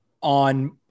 on